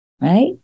Right